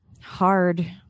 hard